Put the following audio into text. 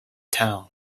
town